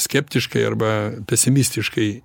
skeptiškai arba pesimistiškai